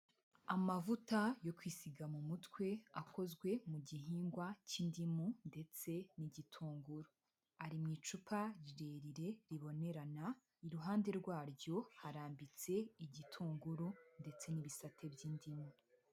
Amavuta yo kwisiga mu mutwe akozwe mu gihingwa cy'indimu ndetse n'igitunguru, ari mu icupa rirerire ribonerana iruhande rwaryo harambitse igitunguru ndetse n'ibisate by'indimu.